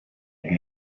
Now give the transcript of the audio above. had